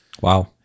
wow